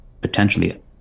potentially